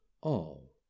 all